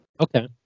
Okay